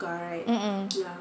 mm mm